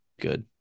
good